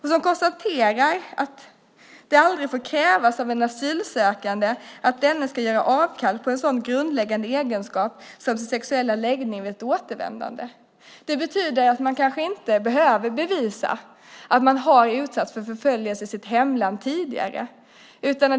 Han konstaterar att det aldrig får krävas av en asylsökande att denne ska göra avkall på en sådan grundläggande egenskap som sexuell läggning vid ett återvändande. Det betyder att man kanske inte behöver bevisa att man har utsatts för förföljelse i sitt hemland tidigare.